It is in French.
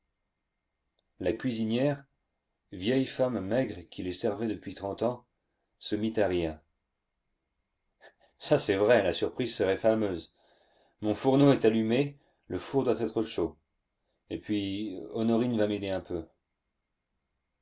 la cuisinière vieille femme maigre qui les servait depuis trente ans se mit à rire ça c'est vrai la surprise serait fameuse mon fourneau est allumé le four doit être chaud et puis honorine va m'aider un peu